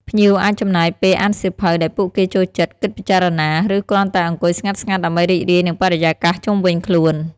ភ្ញៀវអាចចំណាយពេលអានសៀវភៅដែលពួកគេចូលចិត្ត គិតពិចារណា ឬគ្រាន់តែអង្គុយស្ងាត់ៗដើម្បីរីករាយនឹងបរិយាកាសជុំវិញខ្លួន។